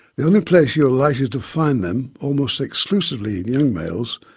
the only place you are likely to find them, almost exclusively in young males,